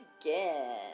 again